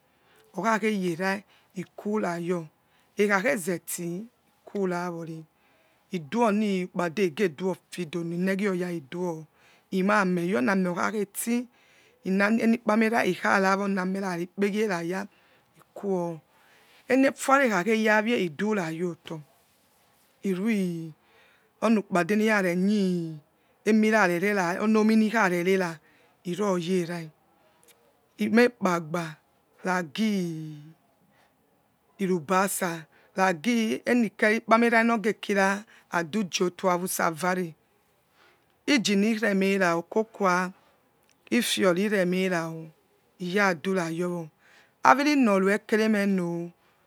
Okhakheyera ikurayor ekhakhe zeti ikurawore iduonokpade igedo fidono inegioya ido imameh yor oni ameh okhakheti nane enikpane ra ikharawonamerare ikpegeiraya ikuwo enefuara ekhakheyawie idu rayoto irue onukpade nirarenie onominirarerera iroyera imeikpagba na go irutasa nagi eni ke ikpame ra nokira adu chi oto hausa vare iginiremera kokua ifiori remerao iyadura yowo aviri no rue rikeremeno,